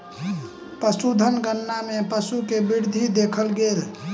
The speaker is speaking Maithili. पशुधन गणना मे पशु के वृद्धि देखल गेल